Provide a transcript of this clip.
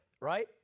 right